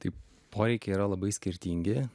taip poreikiai yra labai skirtingi